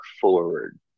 forward